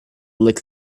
lick